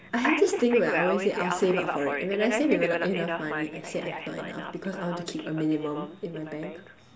I have this thing where I always say I'll save up for it and when I save enough enough money I say I've not enough because I want to keep a minimum in my bank